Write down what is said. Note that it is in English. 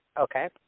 Okay